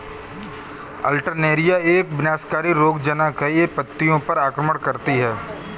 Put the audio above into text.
Alternaria एक विनाशकारी रोगज़नक़ है, यह पत्तियों पर आक्रमण करती है